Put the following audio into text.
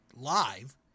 live